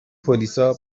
پلیسا